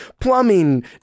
plumbing